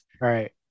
Right